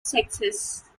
sexes